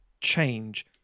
change